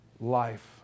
life